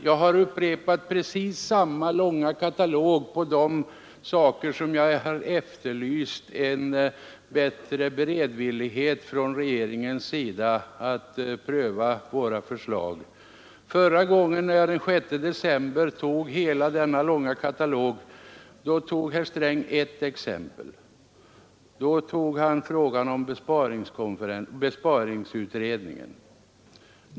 Jag har nu upprepat precis samma långa katalog över de saker som jag tidigare efterlyst, nämligen bl.a. en bättre beredvillighet från regeringens sida att pröva våra förslag. Förra gången, den 6 december, som jag drog hela denna långa lista tog herr Sträng ett exempel: frågan om besparingsutredningen.